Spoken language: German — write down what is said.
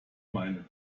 meine